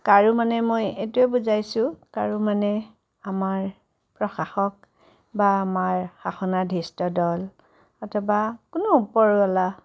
কাৰো মানে মই এইটোৱে বুজাইছোঁ কাৰো মানে আমাৰ প্ৰশাসক বা আমাৰ শাসনাধৃষ্ট দল অথবা কোনো ওপৰৱালা